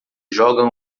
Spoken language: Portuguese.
jogam